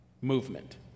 movement